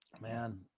Man